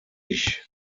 ich